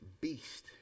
beast